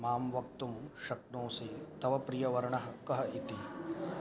मां वक्तुं शक्नोसि तव प्रियवर्णः कः इति